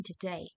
today